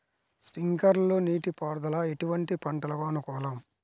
Sprinkler నీటిపారుదల ఎటువంటి పంటలకు అనుకూలము?